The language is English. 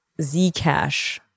Zcash